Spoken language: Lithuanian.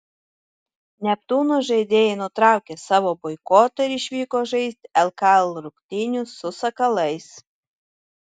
neptūno žaidėjai nutraukė savo boikotą ir išvyko žaisti lkl rungtynių su sakalais